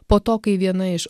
po to kai viena iš